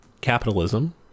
capitalism